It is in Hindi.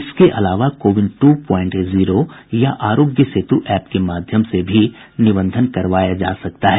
इसके अलावा कोविन टू प्वाइंट जीरो या आरोग्य सेतु ऐप के माध्यम से भी निबंधन कराया जा सकता है